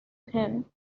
him